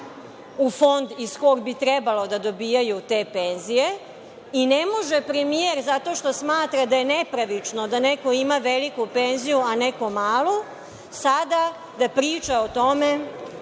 u Fond iz kog bi trebalo da dobijaju te penzije i ne može premijer, zato što smatra da je nepravično da neko ima veliku penziju, a neko malu, sada da priča o tome